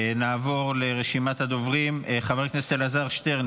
נעבור לרשימת הדוברים: חבר הכנסת אלעזר שטרן,